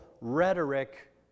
rhetoric